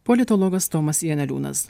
politologas tomas janeliūnas